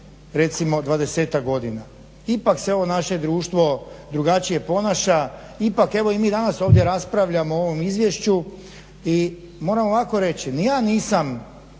recimo dvadesetak godina. Ipak se ovo naše društvo drugačije ponaša, ipak evo i mi danas raspravljamo o ovom izvješću i moram ovako reći ni ja nisam